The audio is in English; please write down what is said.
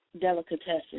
delicatessen